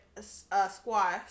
squash